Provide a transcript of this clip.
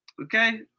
okay